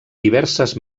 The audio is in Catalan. diverses